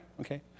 Okay